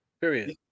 Period